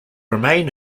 remain